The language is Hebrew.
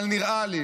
אבל נראה לי